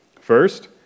First